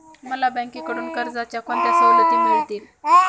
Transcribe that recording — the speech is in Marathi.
मला बँकेकडून कर्जाच्या कोणत्या सवलती मिळतील?